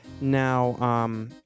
Now